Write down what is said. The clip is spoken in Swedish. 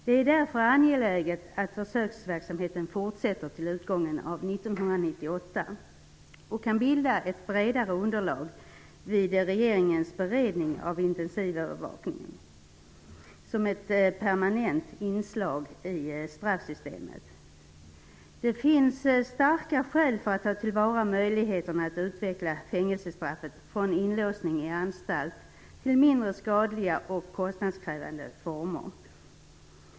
Det är därför angeläget att försöksverksamheten fortsätter till utgången av 1998, och kan bilda ett bredare underlag vid regeringens beredning av intensivövervakning med elektronisk kontroll som ett permanent inslag i straffsystemet. Det finns starka skäl för att ta till vara möjligheterna att utveckla fängelsestraffet från inlåsning i anstalt till mindre skadliga och kostnadskrävande former.